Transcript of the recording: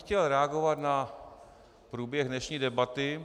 Chtěl bych reagovat na průběh dnešní debaty...